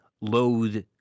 loathe